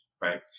right